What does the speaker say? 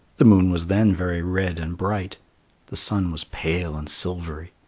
the moon was then very red and bright the sun was pale and silvery.